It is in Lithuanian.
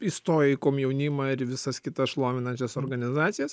įstoja į komjaunimą ir į visas kitas šlovinančias organizacijas